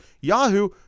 Yahoo